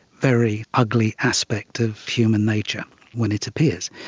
very ugly aspect of human nature when it appears.